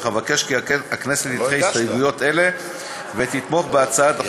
אך אבקש כי הכנסת תדחה הסתייגויות אלה ותתמוך בהצעת החוק